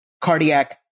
cardiac